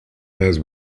has